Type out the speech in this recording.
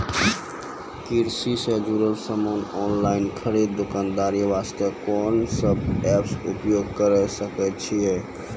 कृषि से जुड़ल समान ऑनलाइन खरीद दुकानदारी वास्ते कोंन सब एप्प उपयोग करें सकय छियै?